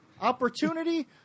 Opportunity